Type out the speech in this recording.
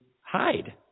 hide